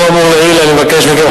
לאור האמור לעיל אני מבקש מכם,